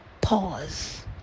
pause